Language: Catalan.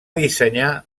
dissenyar